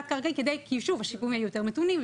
תת קרקעי, כי שוב, השיפועים יותר מתונים.